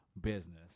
business